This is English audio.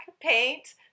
paint